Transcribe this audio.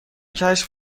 کشف